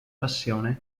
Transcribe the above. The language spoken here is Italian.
passione